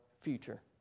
future